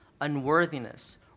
unworthiness